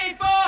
four